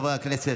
חברי הכנסת,